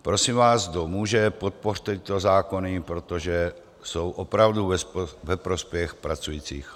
Prosím vás, kdo může, podpořte tyto zákony, protože jsou opravdu ve prospěch pracujících.